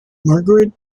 margaret